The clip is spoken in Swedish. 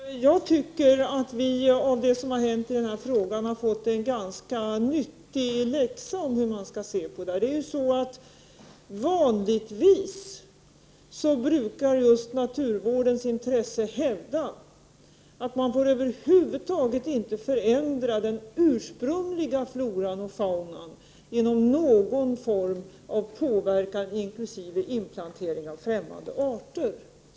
Herr talman! Jag tycker att av det som har hänt i denna fråga har vi fått en ganska nyttig läxa om hur vi skall se på saken. Vanligtvis brukar just företrädare för naturvårdens intressen hävda att man över huvud taget inte får förändra den ursprungliga floran och faunan genom någon form av påverkan, inkl. inplantering av främmande arter.